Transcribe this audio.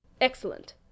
Excellent